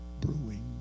brewing